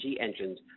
engines